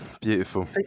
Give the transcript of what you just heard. Beautiful